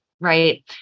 right